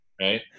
right